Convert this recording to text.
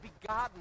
begotten